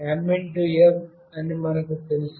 P m x f అని మనకు తెలుసు